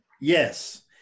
Yes